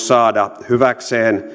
saada hyväkseen